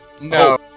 no